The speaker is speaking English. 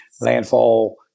landfall